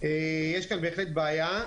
יש כאן בהחלט בעיה.